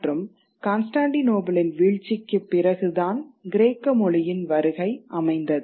மற்றும் கான்ஸ்டான்டினோப்பிளின் வீழ்ச்சிக்குப் பிறகுதான் கிரேக்க மொழியின் வருகை அமைந்தது